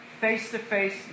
face-to-face